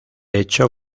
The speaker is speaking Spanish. hecho